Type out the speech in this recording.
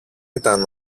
ήταν